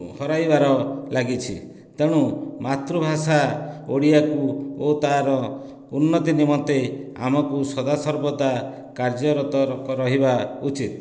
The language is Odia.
ହରାଇବାର ଲାଗିଛି ତେଣୁ ମାତୃଭାଷା ଓଡ଼ିଆକୁ ଓ ତାର ଉନ୍ନତି ନିମନ୍ତେ ଆମକୁ ସଦା ସର୍ବଦା କାର୍ଯ୍ୟରତ ରହିବା ଉଚିତ